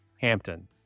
Hampton